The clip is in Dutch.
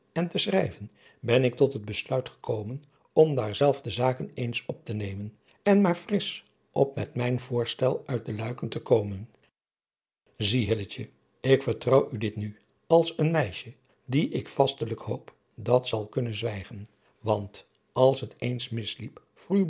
en te schrijven ben ik tot het besluit gekomen om daar zelf de zaken eens op te nemen en maar frisch op met mijn voorstel uit de luiken te komen zie hilletje ik vertrouw u dit nu als een meisje die ik vastelijk hoop dat zal kunnen zwijgen want als het eens mis